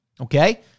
okay